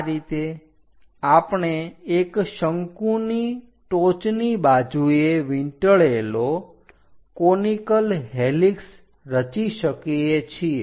આ રીતે આપણે એક શંકુની ટોચની બાજુએ વીંટળેલો કોનીકલ હેલિક્ષ રચી શકીએ છીએ